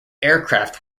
aircraft